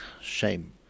shame